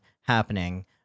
happening